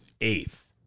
eighth